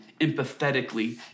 empathetically